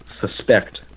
suspect